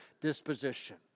disposition